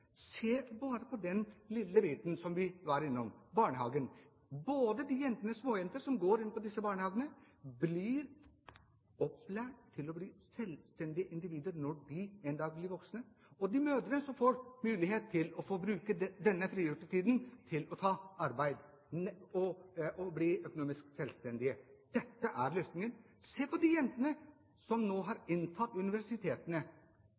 var innom – barnehagen. Alle småjentene som går i barnehagen, blir opplært til å bli selvstendige individer når de en dag blir voksne. Og alle mødrene får mulighet til å bruke denne frigjorte tiden til å ta arbeid og bli økonomisk selvstendige. Dette er løsningen. Se på de jentene som nå har